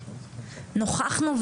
נוכחנו,